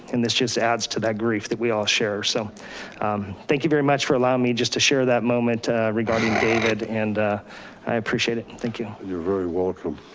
and this just adds to that grief that we all share. so thank you very much for allowing me just to share that moment regarding david and i appreciate it. and thank you. you're very welcome.